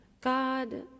God